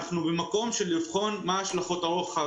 אנחנו במקום לבחון מהן השלכות הרוחב